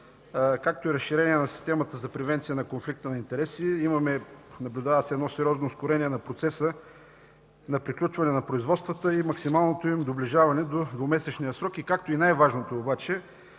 както и разширение на системата за превенция на конфликт на интереси. Наблюдава се сериозно ускорение на процеса на приключване на производството и максималното му доближаване до двумесечния срок. Най-важното обаче